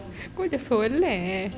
கொஞ்சம் சொல்ல:konjam solla